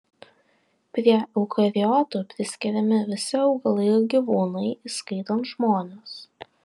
prie eukariotų priskiriami visi augalai ir gyvūnai įskaitant žmones